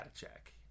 check